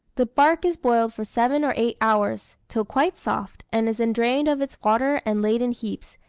the bark is boiled for seven or eight hours, till quite soft, and is then drained of its water and laid in heaps,